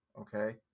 Okay